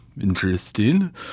interesting